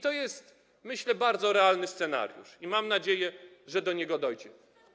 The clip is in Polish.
To jest, myślę, bardzo realny scenariusz i mam nadzieję, że do tego dojdzie.